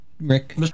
Rick